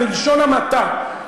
בלשון המעטה.